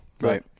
right